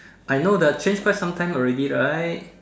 I know the change quite some time already right